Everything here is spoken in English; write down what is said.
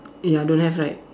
ya don't have right